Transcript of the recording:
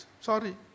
Sorry